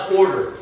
order